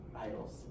idols